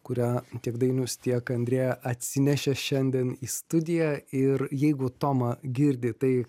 kurią tiek dainius tiek andreja atsinešė šiandien į studiją ir jeigu toma girdi tai